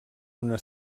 una